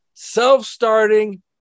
self-starting